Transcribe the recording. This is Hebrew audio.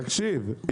תקשיב,